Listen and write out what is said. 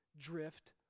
drift